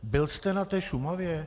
Byl jste na té Šumavě?